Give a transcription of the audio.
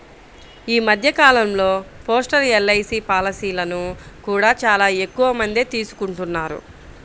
ఈ మధ్య కాలంలో పోస్టల్ ఎల్.ఐ.సీ పాలసీలను కూడా చాలా ఎక్కువమందే తీసుకుంటున్నారు